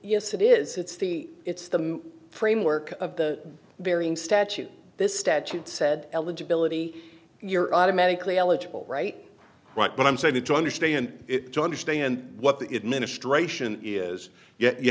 yes it is it's the it's the framework of the varying statute this statute said eligibility you're automatically eligible right right but i'm saying to understand it to understand what the administration is yet you